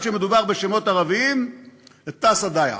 אבל כשמדובר בשמות ערביים (אומר מילים בשפה הערבית),